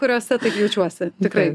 kuriose taip jaučiuosi tikrai